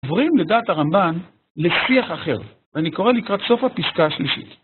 עבורים לדת הרמב'ן לשיח אחר, ואני קורא לקראת סוף הפסקה השלישית.